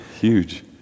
Huge